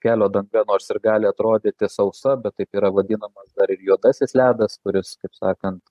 kelio danga nors ir gali atrodyti sausa bet taip yra vadinamas dar ir juodasis ledas kuris kaip sakant